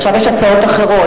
עכשיו יש הצעות אחרות.